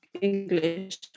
English